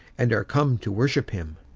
and are come to worship him.